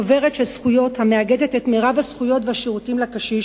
חוברת זכויות המאגדת את רוב הזכויות והשירותים לקשיש